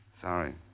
Sorry